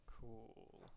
Cool